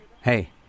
Hey